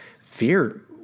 fear